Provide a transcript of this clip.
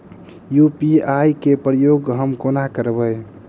UPI केँ प्रयोग हम कोना करबे?